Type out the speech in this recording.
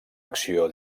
acció